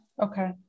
okay